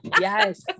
Yes